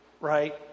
right